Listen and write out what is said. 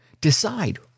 Decide